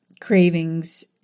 Cravings